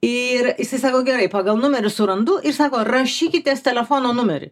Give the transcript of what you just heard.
ir jisai sako gerai pagal numerį surandu ir sako rašykitės telefono numerį